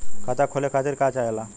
खाता खोले खातीर का चाहे ला?